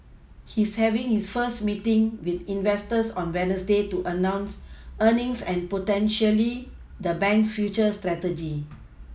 he's having his first meeting with investors on wednesday to announce earnings and potentially the bank's future strategy